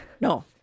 No